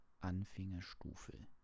Anfängerstufe